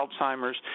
Alzheimer's